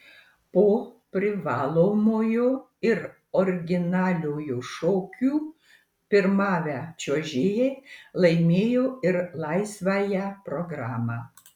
po privalomojo ir originaliojo šokių pirmavę čiuožėjai laimėjo ir laisvąją programą